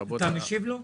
אתה משיב לו?